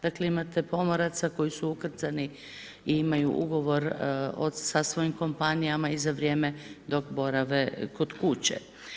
Dakle, imate pomoraca koji su ukrcani i imaju ugovor sa svojim kompanijama i za vrijeme dok borave kod kuće.